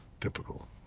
typical